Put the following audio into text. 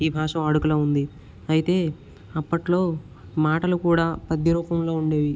ఈ భాష వాడుకలో వుంది అయితే అప్పట్లో మాటలు కూడా పద్య రూపంలో ఉండేవి